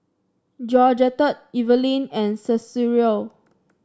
Georgette Eveline and Cicero